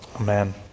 Amen